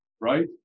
right